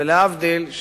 ולהבדיל,